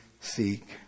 seek